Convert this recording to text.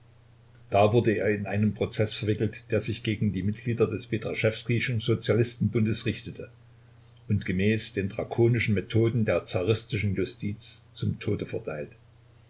da wurde er in einen prozeß verwickelt der sich gegen die mitglieder des petraschewskijschen sozialistenbundes richtete und gemäß den drakonischen methoden der zaristischen justiz zum tode verurteilt